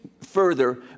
further